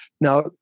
Now